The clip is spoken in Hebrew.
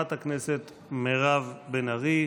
חברת הכנסת מירב בן ארי,